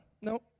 no